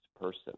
person